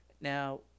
Now